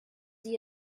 sie